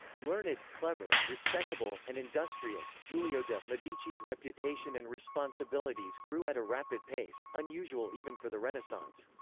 learned, clever, respectable, and industrious, giulio de' medici's reputation and responsibilities grew at a rapid pace, unusual even for the renaissance.